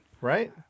Right